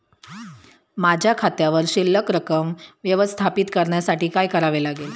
माझ्या खात्यावर शिल्लक रक्कम व्यवस्थापित करण्यासाठी काय करावे लागेल?